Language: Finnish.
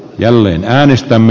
arvoisa puhemies